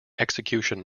execution